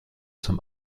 zum